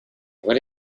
what